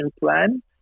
plan